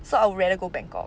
so I will rather go bangkok